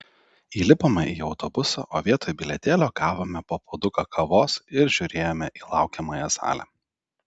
įlipome į autobusą o vietoj bilietėlio gavome po puoduką kavos ir žiūrėjome į laukiamąją salę